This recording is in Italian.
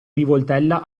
rivoltella